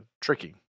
tricky